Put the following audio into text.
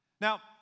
Now